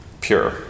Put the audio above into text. pure